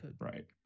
Right